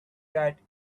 that